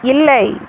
இல்லை